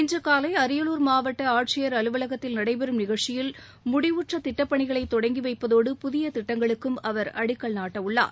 இன்று காலை அரியலூர் மாவட்ட ஆட்சியர் அலுவலகத்தில் நடைபெறும் நிகழ்ச்சியில் முடிவுற்ற திட்டப் பணிகளை தொடங்கி வைப்பதோடு புதிய திட்டங்களுக்கும் அவர் அடிக்கல் நாட்டவுள்ளார்